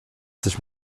sich